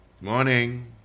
Morning